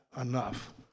enough